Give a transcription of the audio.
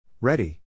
Ready